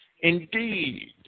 Indeed